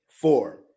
Four